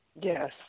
Yes